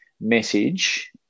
message